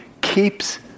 keeps